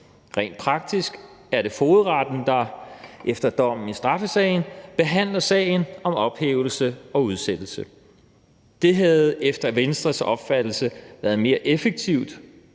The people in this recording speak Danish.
Rent praktisk er det fogedretten, der efter dommen i straffesagen behandler sagen om ophævelse og udsættelse. Det havde efter Venstres opfattelse været mere effektivt